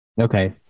okay